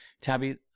Tabby